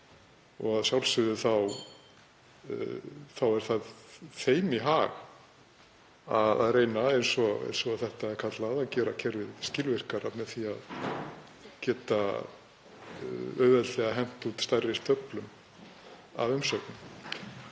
Og að sjálfsögðu þá er það henni í hag að reyna, eins og þetta er kallað, að gera kerfið skilvirkara með því að geta auðveldlega hent út stærri stöflum af umsögnum.